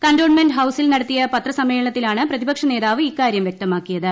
cantonment ഹൌസിൽ നടത്തിയ പത്രസമ്മേളനത്തിലാണ് പ്രതിപക്ഷനേതാവ് ഇക്കാര്യം വൃക്തമാക്കിയത്